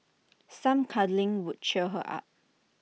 some cuddling would cheer her up